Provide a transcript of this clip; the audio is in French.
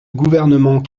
gouvernement